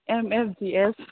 M F D S